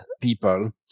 people